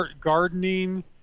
Gardening